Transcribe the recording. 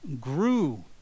Grew